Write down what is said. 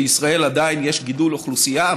בישראל עדיין יש גידול אוכלוסייה,